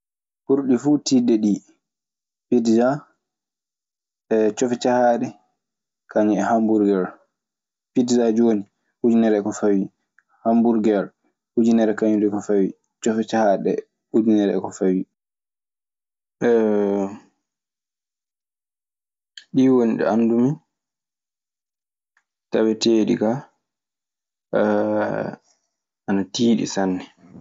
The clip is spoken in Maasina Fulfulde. Burdi ɗi fu tidude ɗi pigsa, ee cioffe ciahade, kanium e hamburgere. Pigsa joni ujunere e ko fawi, hamburger ujunere kanium dum e ko fawi. Coffe cahaade ujunere e ko fawi. ɗin woni ɗi anndu mi tawateeɗi ga, ana tiiɗi sanne.